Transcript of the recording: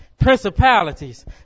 principalities